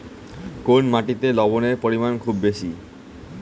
কোন মাটিতে লবণের পরিমাণ খুব বেশি?